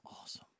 awesome